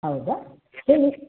ಹೌದಾ ಹೇಳಿ